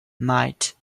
might